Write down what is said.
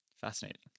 Fascinating